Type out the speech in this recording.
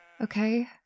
okay